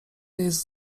jest